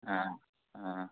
आं आं